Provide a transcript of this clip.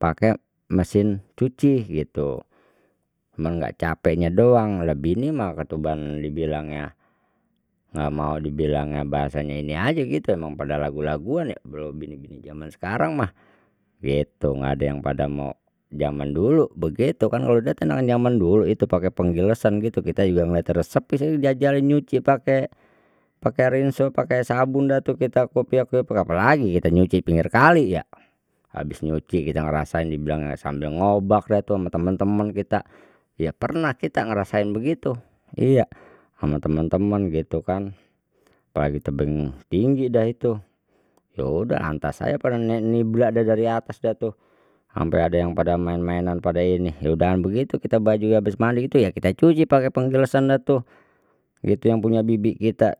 Pake mesin cuci gitu, emang enggak capeknya doang lebih ini mah ketiban dibilangnya enggak mau dibilangnya bahasanya ini ini aja gitu emang pada lagu laguan ya belum bini bini zaman sekarang mah gitu enggak ada yang pada mau zaman dulu begitu kan kalau dia tenang zaman dulu itu pakai penggilasan gitu, kita juga ngeliatnya resep saya jajalin nyuci pakai pakai rinso pakai sabun dah tuh kita, apa lagi kita nyuci pinggir kali ya habis nyuci kita ngerasain dibilang enggak sambil ngobak dah tuh sama teman teman kita, ya pernah kita ngerasain begitu iya sama teman teman gitu kan apalagi tebing tinggi dah itu ya udah lantas aja pada nibra dah dari atas dah tuh sampai ada yang pada main mainan pada ini ya udahan begitu kita baju abis mandi itu ya kita cuci pakai penggilesan dah tuh gitu yang punya bibi kita